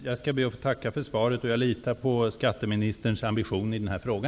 Jag ber att få tacka för svaret. Jag litar på skatteministerns ambitioner i denna fråga.